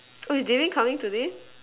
oh is Di-Ling coming today